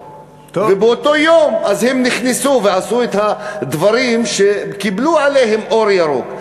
באותו יום הם נכנסו ועשו את הדברים שקיבלו עליהם אור ירוק.